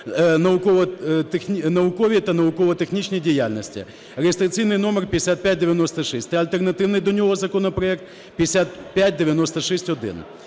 науковій та науково-технічній діяльності (реєстраційний номер 5596). Та альтернативний до нього законопроект 5596-1.